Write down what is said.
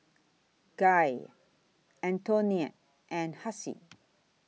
Gail Antionette and Hassie